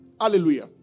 Hallelujah